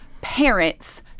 parents